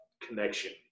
connection